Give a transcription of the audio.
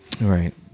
Right